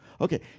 Okay